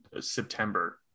September